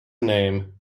name